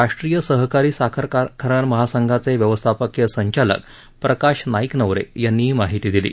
राष्ट्रीय सहकारी साखर महासंघाचे व्यवस्थापकीय संचालक प्रकाश नाईकनवरे यांनी ही माहिती दिली